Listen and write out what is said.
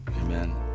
Amen